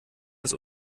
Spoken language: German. als